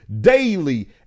daily